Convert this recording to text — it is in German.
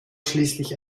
schließlich